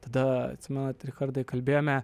tada atsimenat richardai kalbėjome